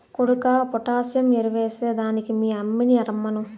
కొడుకా పొటాసియం ఎరువెస్తే దానికి మీ యమ్మిని రమ్మను